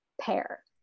pair